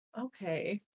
Okay